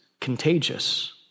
contagious